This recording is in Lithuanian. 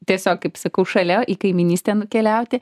tiesiog kaip sakau šalia į kaimynystę nukeliauti